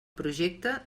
projecte